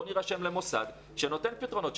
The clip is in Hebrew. אומרים שיירשמו למוסד שנותן פתרונות,